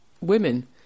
women